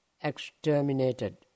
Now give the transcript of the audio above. exterminated